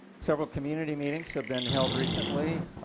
several community meetings have been held recently.